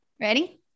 Ready